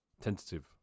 tentative